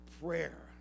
prayer